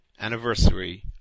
anniversary